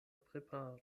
preparo